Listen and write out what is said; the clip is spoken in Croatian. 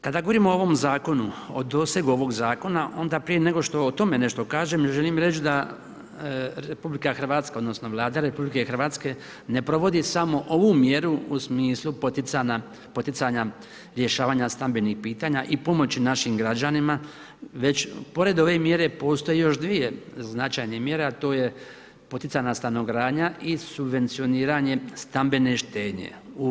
Kada govorimo o ovom Zakonu, o dosegu ovog Zakona, onda prije nego što o tome nešto kažem, želim reći da RH odnosno Vlada RH ne provodi samo ovu mjeru u smislu poticanja rješavanja stambenih pitanja i pomoći našim građanima, već pored ove mjere postoji još dvije značajne mjere a to je POS i subvencioniranje stambene štednje.